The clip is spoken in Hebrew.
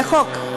חלק ב',